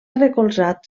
recolzat